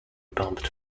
pumped